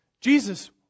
Jesus